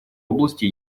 области